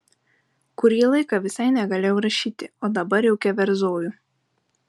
kurį laiką visai negalėjau rašyti o dabar jau keverzoju